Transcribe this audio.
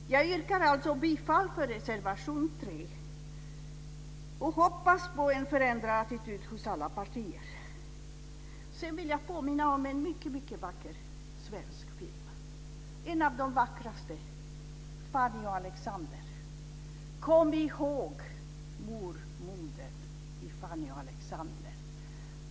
Jag yrkar alltså bifall till reservation 3 och hoppas på en förändrad attityd hos alla partier. Sedan vill jag påminna om en mycket vacker svensk film, en av de vackraste filmerna, nämligen Fanny och Alexander. Kom ihåg mormodern i Fanny och Alexander!